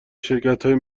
شرکتهایی